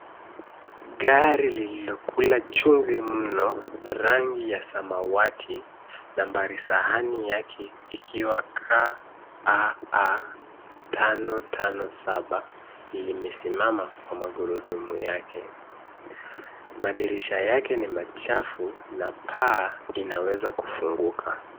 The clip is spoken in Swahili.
Gari lililokula chumvi mno rangi ya samawati, nambari sahani yake ikiwa KAA 557, limesimama kwa magurudumu yake. Madirisha yake ni machafu na paa inaweza kufunguka.